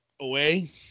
away